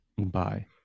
Bye